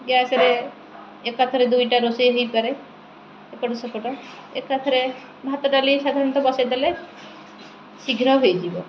ଗ୍ୟାସରେ ଏକାଥରେ ଦୁଇଟା ରୋଷେଇ ହେଇପାରେ ଏପଟ ସେପଟ ଏକାଥରେ ଭାତ ଡାଲି ସାଧାରଣତଃ ବସାଇଦେଲେ ଶୀଘ୍ର ହୋଇଯିବ